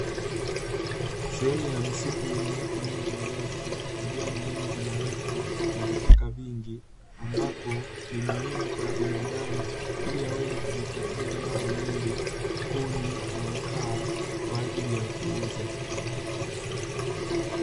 Sehemu ya msitu yenye miti mingi mirefu, majani mengi marefu na vichaka vingi ambapo ni muhimu kwa binadamu ili aweze kujipatia mbao nyingi, kuni na mkaa kwa ajili ya kuuza.